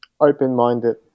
open-minded